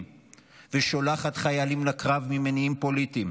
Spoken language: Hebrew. ושולחת חיילים לקרב ממניעים פוליטיים,